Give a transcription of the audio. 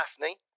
Daphne